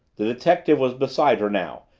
the detective was beside her now,